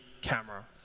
camera